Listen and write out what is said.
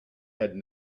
had